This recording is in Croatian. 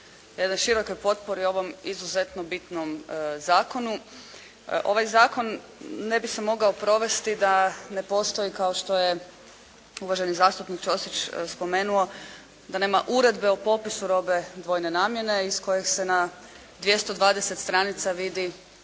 širokoj potpori ovom izuzetno bitnom zakonu. Ovaj zakon ne bi se mogao provesti da ne postoji kao što je uvaženi zastupnik Čosić spomenuo da nema uredbe o popisu robe dvojne namjene iz koje se na 220 stranica vidi